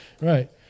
right